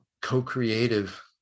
co-creative